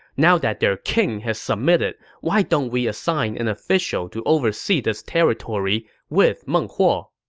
now that their king has submitted, why don't we assign an official to oversee this territory with meng huo?